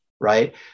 right